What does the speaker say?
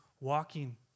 walking